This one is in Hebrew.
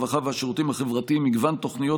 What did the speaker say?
הרווחה והשירותים החברתיים מגוון תוכניות